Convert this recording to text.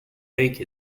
take